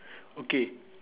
okay